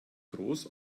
groß